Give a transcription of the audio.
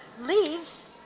leaves